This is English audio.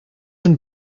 and